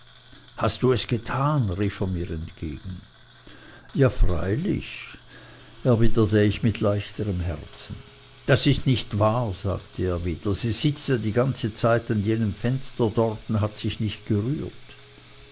hast du es getan rief er mir entgegen ja freilich erwiderte ich mit leichterm herzen das ist nicht wahr sagte er wieder sie sitzt ja die ganze zeit an jenem fenster dort und hat sich nicht gerührt